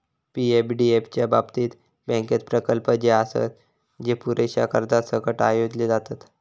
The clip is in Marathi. पी.एफडीएफ च्या बाबतीत, बँकेत प्रकल्प जे आसत, जे पुरेशा कर्जासकट आयोजले जातत